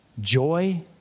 joy